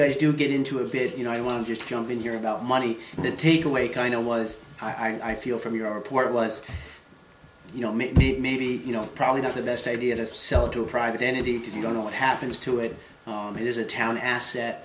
guys do get into a bit you know i want to just jump in here about money and then take away kind of was how i feel from your report was you know maybe maybe you know probably not the best idea to sell it to a private entity because you don't know what happens to it it is a town asset